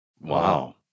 wow